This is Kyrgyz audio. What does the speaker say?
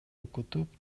окутуп